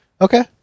Okay